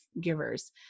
givers